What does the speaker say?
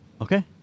okay